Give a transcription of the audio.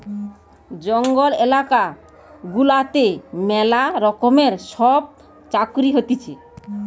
জঙ্গল এলাকা গুলাতে ম্যালা রকমের সব চাকরি হতিছে